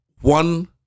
one